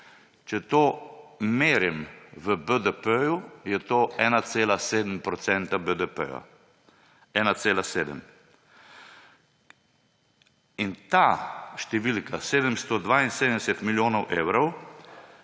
Če to merim v BDP, je to 1,7 % BDP. 1,7. Ta številka 772 milijonov evrov